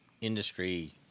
industry